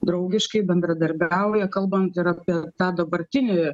draugiškai bendradarbiauja kalbant ir apie tą dabartinį